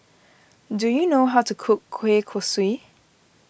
do you know how to cook Kueh Kosui